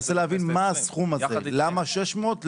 אני מנסה להבין מה הסכום הזה, למה 600?